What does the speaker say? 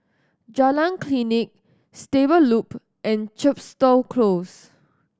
Jalan Klinik Stable Loop and Chepstow Close